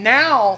now